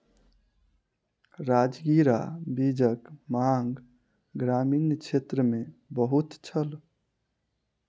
राजगिरा बीजक मांग ग्रामीण क्षेत्र मे बहुत छल